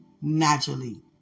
Naturally